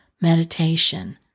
meditation